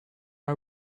are